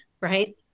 right